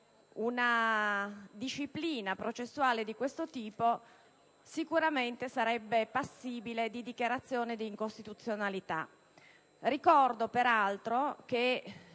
una disciplina processuale di questo tipo sarebbe sicuramente passibile di dichiarazione di incostituzionalità. Ricordo, peraltro, che